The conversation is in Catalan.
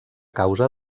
causa